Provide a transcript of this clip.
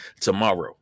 tomorrow